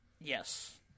Yes